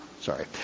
sorry